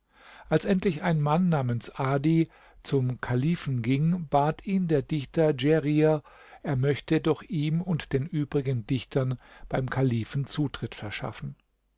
als endlich ein mann namens adi zum kalifen ging bat ihn der dichter djerir er möchte doch ihm und den übrigen dichtern beim kalifen zutritt verschaffen